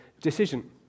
decision